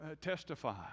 testify